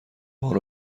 بار